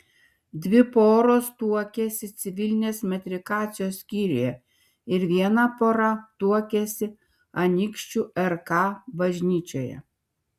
dvi poros tuokėsi civilinės metrikacijos skyriuje ir viena pora tuokėsi anykščių rk bažnyčioje